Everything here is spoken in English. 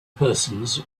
persons